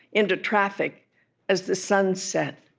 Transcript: into traffic as the sun set,